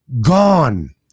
gone